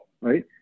right